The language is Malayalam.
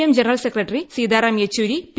M general secretary Sitaram Yechury P